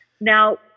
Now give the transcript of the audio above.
Now